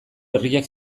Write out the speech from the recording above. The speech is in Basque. herriak